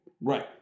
Right